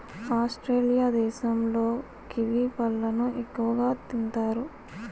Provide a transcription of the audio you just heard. Australia దేశంలో kiwi పళ్ళను ఎక్కువగా తింతారు